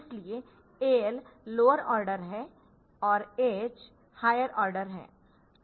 इसलिए AL lower order ह और AH हायर ऑर्डर है